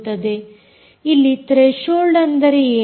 ಇಲ್ಲಿ ತ್ರೇಶೋಲ್ಡ್ ಅಂದರೆ ಏನು